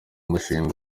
mushinga